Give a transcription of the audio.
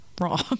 wrong